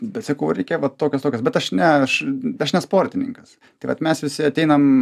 bet sakau reikia vat tokios tokios bet aš ne aš aš ne sportininkas tai vat mes visi ateinam